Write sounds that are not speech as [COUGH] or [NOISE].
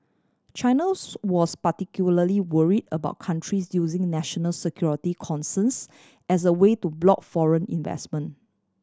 China [NOISE] was particularly worry about countries using national security concerns as a way to block foreign investment